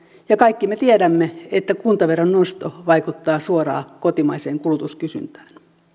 ja kaikki me tiedämme että kuntaveron nosto vaikuttaa suoraan kotimaiseen kulutuskysyntään